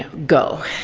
and go.